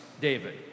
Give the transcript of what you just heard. David